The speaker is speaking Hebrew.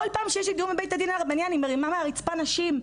כל פעם שיש לי דיון בבית הדין הרבני אני מרימה מהרצפה נשים.